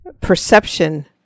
perception